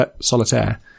Solitaire